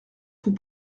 tout